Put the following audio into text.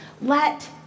Let